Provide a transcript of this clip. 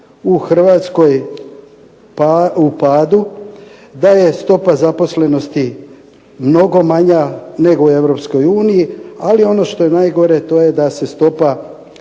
u Hrvatskoj u padu, da je stopa zaposlenosti mnogo manja nego u Europskoj uniji, ali ono što je najgore to je da se stopa